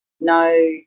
no